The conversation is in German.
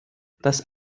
das